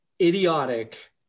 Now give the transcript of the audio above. idiotic